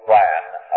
plan